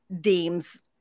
deems